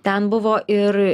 ten buvo ir